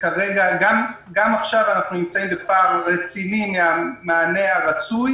גם עכשיו אנחנו נמצאים בפער רציני מן המענה הרצוי.